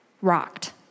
rocked